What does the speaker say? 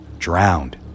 Drowned